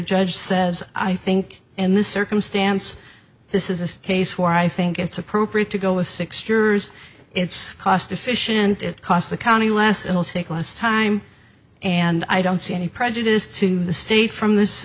judge says i think in this circumstance this is a case where i think it's appropriate to go with six jurors it's cost efficient it costs the county last it'll take less time and i don't see any prejudice to the state from this